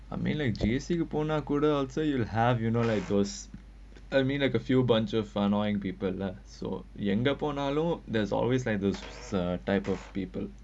I mean like you also have I mean like those I mean like a few bunch of annoying people lah so younger போனாலும்:ponaalum there's always like those type of people